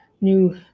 New